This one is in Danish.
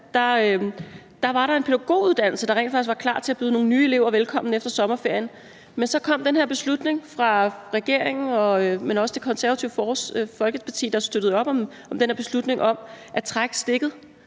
den var rent faktisk klar til at byde nye elever velkommen efter sommerferien. Så kom den her beslutning fra regeringen – men også fra Det Konservative Folkeparti, der støttede op om den – om at trække stikket